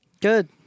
Good